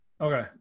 Okay